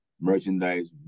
merchandise